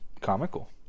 Comical